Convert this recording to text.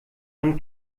man